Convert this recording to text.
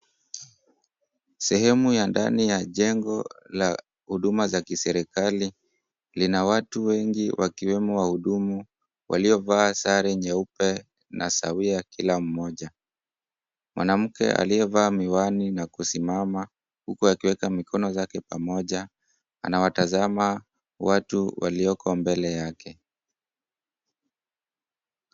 Sehemu ya ndani ya jengo la huduma za kiserikali. Lina watu wengi wakiwemo wahudumu waliovaa sare nyeupe na sawia kila mmoja. Mwanamke aliyevaa miwani na kusimama huku akiweka mikono zake pamoja anawatazama watu walioko mbele yake.